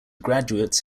graduates